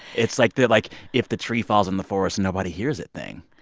it's like the, like, if the tree falls in the forest, nobody hears it thing.